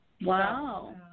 Wow